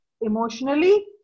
emotionally